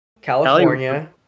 California